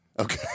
Okay